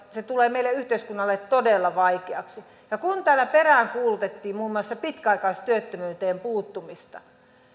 se tulee meidän yhteiskunnallemme todella vaikeaksi kun täällä peräänkuulutettiin muun muassa pitkäaikaistyöttömyyteen puuttumista